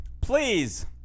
please